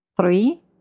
three